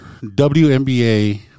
WNBA